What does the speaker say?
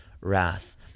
wrath